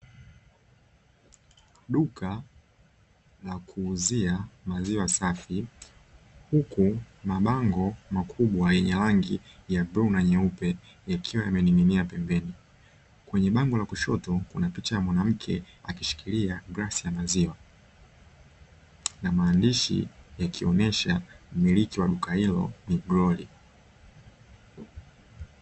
Duka la kuuzia maziwa safi, huku mabango makubwa yenye rangi ya bluu na nyeupe yakiwa yamening’inia pembeni. Kwenye bango la kushoto kuna picha ya mwanamke akishikilia glasi ya maziwa na maandishi yakionyesha mmiliki wa duka hilo ni Glori.